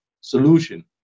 solution